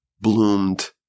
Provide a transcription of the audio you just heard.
bloomed